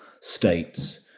states